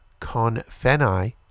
CONFENAI